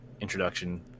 introduction